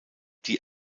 die